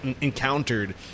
encountered